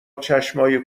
چشمای